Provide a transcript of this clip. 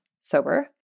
sober